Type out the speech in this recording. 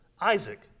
Isaac